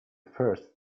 first